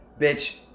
bitch